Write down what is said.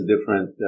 different